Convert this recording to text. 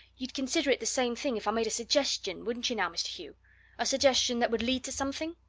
you'd consider it the same thing if i made a suggestion, wouldn't you, now, mr. hugh a suggestion that would lead to something?